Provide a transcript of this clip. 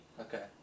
Okay